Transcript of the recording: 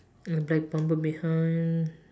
and a black bumper behind